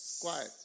Quiet